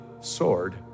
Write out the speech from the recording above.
sword